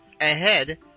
Ahead